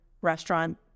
restaurant